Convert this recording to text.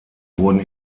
wurden